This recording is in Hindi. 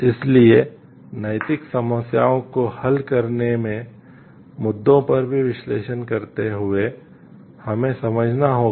इसलिए नैतिक समस्याओं को हल करने के मुद्दों पर भी विश्लेषण करते हुए हमें समझना होगा